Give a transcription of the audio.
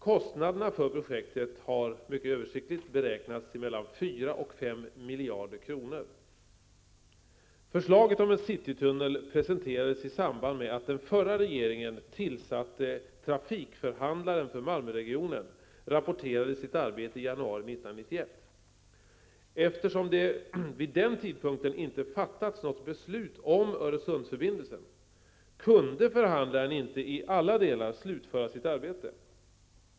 Kostnaderna för projektet har mycket översiktligt beräknats till mellan fyra och fem miljarder kronor. Förslaget om en citytunnel presenterades i samband med att den av den förra regeringen tillsatte trafikförhandlaren för Malmöregionen rapporterade sitt arbete i januari 1991. Eftersom det vid den tidpunkten inte fattats något beslut om Öresundsförbindelsen kunde förhandlaren inte i alla delar slutföra sitt arbete.